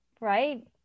Right